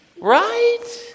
right